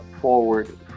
forward